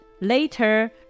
later